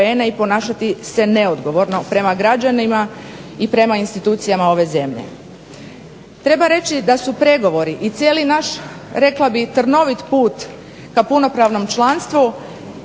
i ponašati se neodgovorno prema građanima i prema institucijama ove zemlje. Treba reći da su pregovori i cijeli naš rekla bih trnovit put ka punopravnom članstvu